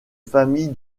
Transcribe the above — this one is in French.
famille